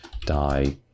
die